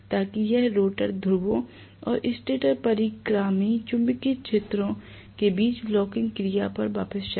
ताकि यह रोटर ध्रुवों और स्टेटर परिक्रामी चुंबकीय क्षेत्र ध्रुवों के बीच लॉकिंग क्रिया पर वापस जाए